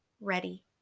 ready